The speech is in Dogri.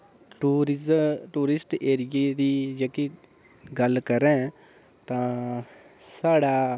टुरिस्ट टुरिस्ट ऐरिये दी जेह्की गल्ल करां तां साढ़ा